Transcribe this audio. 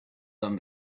them